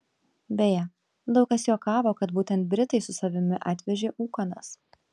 beje daug kas juokavo kad būtent britai su savimi atvežė ūkanas